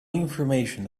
information